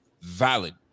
valid